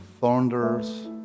thunders